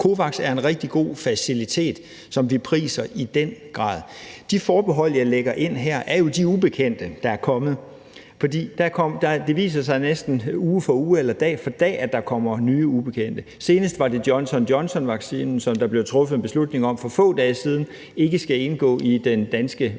COVAX er en rigtig god facilitet, som vi priser i den grad. De forbehold, jeg lægger ind her, er jo de ubekendte, der er kommet. Det viser sig næsten uge for uge eller dag for dag, at der kommer nye ubekendte. Senest var det Johnson & Johnson-vaccinen, der for få dage siden blev truffet en beslutning om ikke skal indgå i den danske